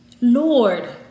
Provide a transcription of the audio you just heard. Lord